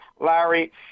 larry